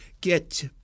get